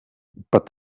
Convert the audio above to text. but